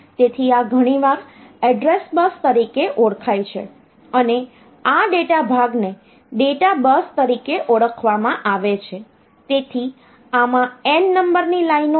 તેથી આ ઘણીવાર એડ્રેસ બસ તરીકે ઓળખાય છે અને આ ડેટા ભાગને ડેટા બસ તરીકે ઓળખવામાં આવે છે તેથી આમાં n નંબરની લાઈનો છે